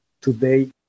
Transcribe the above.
today